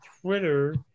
Twitter